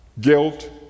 guilt